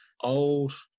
old